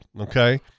okay